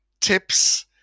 tips